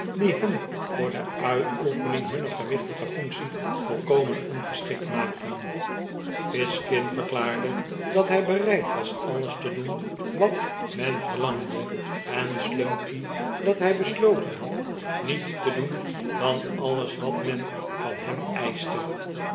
die hen voor de uitoefening hunner gewichtige functie volkomen ongeschikt maakten fizkin verklaarde dat hij bereid was alles te doen wat men verlangde en slumkey dat hij besloten had niets te doen dan alles wat men van hem eischte